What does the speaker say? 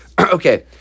Okay